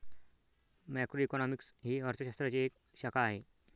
macroeconomics ही अर्थ शास्त्राची एक शाखा आहे